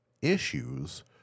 issues